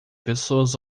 pessoas